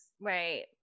Right